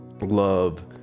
love